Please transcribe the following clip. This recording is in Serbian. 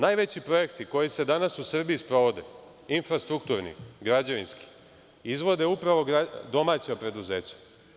Najveći projekti koji se danas u Srbiji sprovode, infrastrukturni, građevinski, izvode upravo domaća preduzeća.